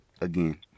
again